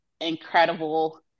incredible